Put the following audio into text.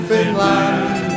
Finland